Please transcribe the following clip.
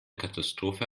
katastrophe